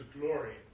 glory